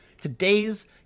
Today's